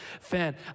fan